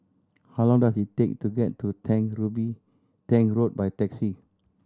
how long does it take to get to Tank Tank Road by taxi